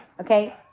Okay